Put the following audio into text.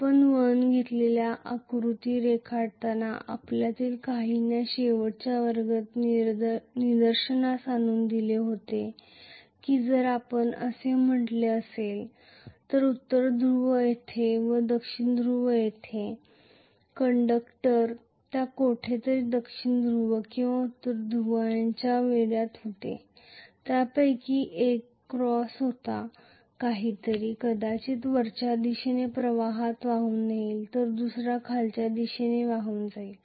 आपण वळण घेतलेल्या आकृती रेखाटताना आपल्यातील काहींनी शेवटच्या वर्गात निदर्शनास आणून दिले होते की जर आपण असे म्हटले असेल तर उत्तर ध्रुव येथे व दक्षिण ध्रुव येथे कंडक्टर ज्या कोठेतरी दक्षिण ध्रुव किंवा उत्तर ध्रुव यांच्या वेढ्यात होते त्यापैकी एक क्रॉस होता काहीतरी कदाचित वरच्या दिशेने प्रवाहात वाहून नेईल तर दुसरा खालच्या दिशेने वाहून जाईल